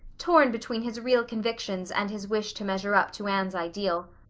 torn between his real convictions and his wish to measure up to anne's ideal,